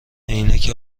عینک